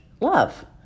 love